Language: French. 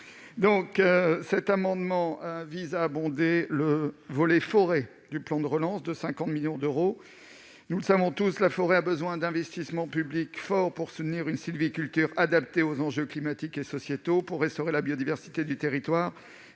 Dantec. Cet amendement vise à abonder le volet forêt du plan de relance de 50 millions d'euros. Nous le savons tous, la forêt a besoin d'investissements publics forts pour soutenir une sylviculture adaptée aux enjeux climatiques et sociétaux, pour restaurer la biodiversité du territoire